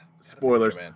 spoilers